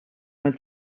nel